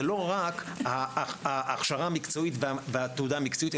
זה לא רק ההכשרה המקצועית והתעודה המקצועית,